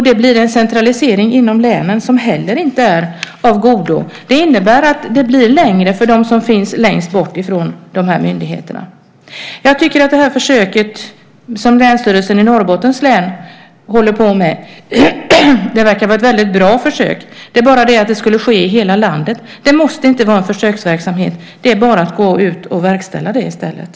Det blir en centralisering inom länen som heller inte är av godo. Det innebär att det blir längre för dem som bor längst bort från myndigheterna. Jag tycker att försöket som pågår i Länsstyrelsen i Norrbottens län verkar vara ett väldigt bra försök. Det är bara det att det borde ske i hela landet. Och det måste inte vara en försöksverksamhet, det är bara att gå ut och verkställa det i stället.